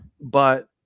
But-